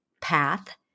path